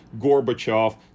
Gorbachev